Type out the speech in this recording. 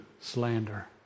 slander